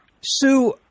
Sue